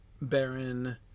Baron